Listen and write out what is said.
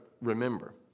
remember